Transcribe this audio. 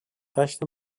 دشت